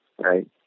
right